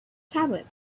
tablet